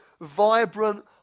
vibrant